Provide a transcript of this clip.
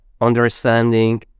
understanding